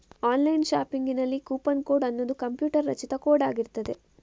online ಶಾಪಿಂಗಿನಲ್ಲಿ coupon code ಅನ್ನುದು computer ರಚಿತ ಕೋಡ್ ಆಗಿರ್ತದೆ